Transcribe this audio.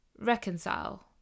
reconcile